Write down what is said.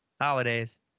Holidays